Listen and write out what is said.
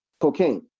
cocaine